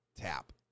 tap